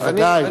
בוודאי.